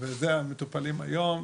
אלו המטופלים היום.